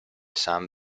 sam